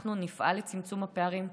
אנחנו נפעל לצמצום הפערים.